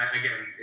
again